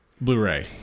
Blu-ray